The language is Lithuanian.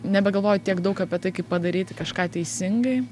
nebegalvoju tiek daug apie tai kaip padaryti kažką teisingai